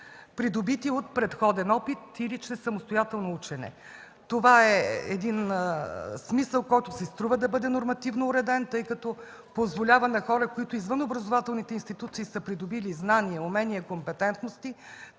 придобити от предходен опит или чрез самостоятелно учене. Това е един смисъл, който си струва да бъде нормативно уреден, тъй като позволява на хора, които са придобили знания, умения и компетентности